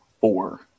four